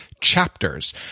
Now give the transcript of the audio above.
chapters